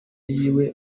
yiwe